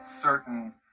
certain